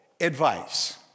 advice